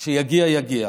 כשיגיע, יגיע.